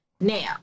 Now